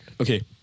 okay